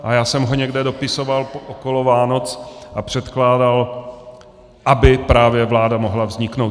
A já jsem ho někde dopisoval, okolo Vánoc a předkládal, aby právě vláda mohla vzniknout.